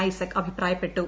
ഐസക് അഭിപ്രായപ്പെട്ടു